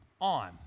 on